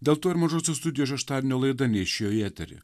dėl to ir mažosios studijos šeštadienio laida neišėjo į eterį